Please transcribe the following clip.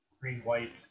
green-white